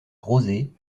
rosée